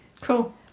Cool